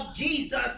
Jesus